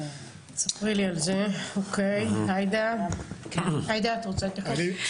תספרי לי על זה, אוקי, עאידה את רוצה להתייחס.